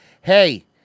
hey